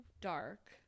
dark